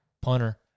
punter